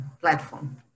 platform